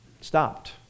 stopped